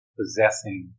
possessing